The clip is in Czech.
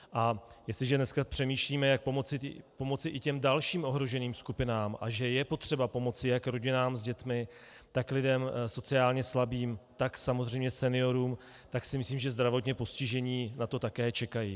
A jestliže dneska přemýšlíme, jak pomoci i těm dalším ohroženým skupinám, a že je potřeba pomoci jak rodinám s dětmi, tak lidem sociálně slabým, tak samozřejmě seniorům, tak si myslím, že zdravotně postižení na to také čekají.